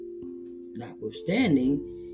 Notwithstanding